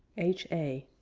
h a.